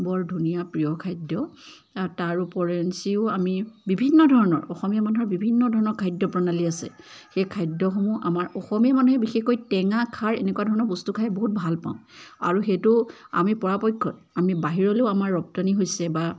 বৰ ধুনীয়া প্ৰিয় খাদ্য তাৰ উপৰেঞ্চিও আমি বিভিন্ন ধৰণৰ অসমীয়া মানুহৰ বিভিন্ন ধৰণৰ খাদ্য প্ৰণালী আছে সেই খাদ্যসমূহ আমাৰ অসমীয়া মানুহে বিশেষকৈ টেঙা খাৰ এনেকুৱা ধৰণৰ বস্তু খাই বহুত ভাল পাওঁ আৰু সেইটো আমি পৰাপক্ষত আমি বাহিৰলৈয়ো আমাৰ ৰপ্তানি হৈছে বা